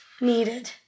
needed